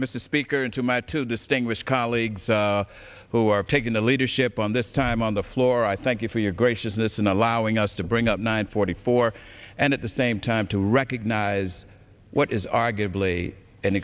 mr speaker and to my two distinguished colleagues who are taking the leadership on this time on the floor i thank you for your graciousness in allowing us to bring up nine forty four and at the same time to recognize what is arguably an